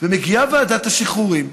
ומגיעה ועדת השחרורים,